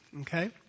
Okay